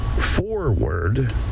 forward